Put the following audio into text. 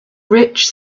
rich